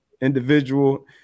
individual